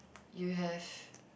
you have